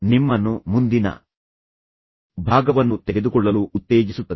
ನಿಮ್ಮನ್ನು ಮುಂದಿನ ಭಾಗವನ್ನು ತೆಗೆದುಕೊಳ್ಳಲು ಉತ್ತೇಜಿಸುತ್ತದೆ